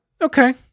okay